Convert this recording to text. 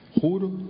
Juro